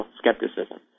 skepticism